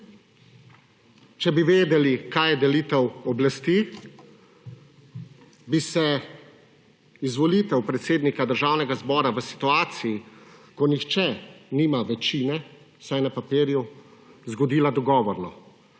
če bi vedeli, kaj je delitev oblasti, bi se izvolitev predsednika Državnega zbora v situaciji, ko nihče nima večine, vsaj na papirju, zgodila dogovorno.